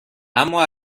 اما